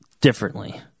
differently